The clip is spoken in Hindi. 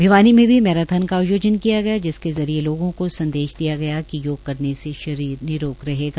भिवानी में भी मैराथ्न का आयोजन किया गया जिसके जरिये लोगों को संदेश दिए गए कि योग करने से शरीर निरोग रहेगा